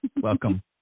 Welcome